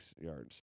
yards